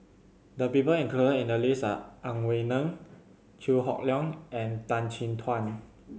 the people included in the list are Ang Wei Neng Chew Hock Leong and Tan Chin Tuan